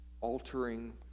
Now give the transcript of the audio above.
Altering